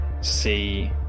see